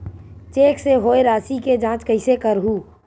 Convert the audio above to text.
Cheque से होए राशि के जांच कइसे करहु?